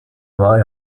war